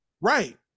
Right